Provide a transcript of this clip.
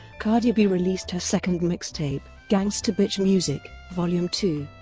cardi b released her second mixtape, gangsta bitch music, vol. um two.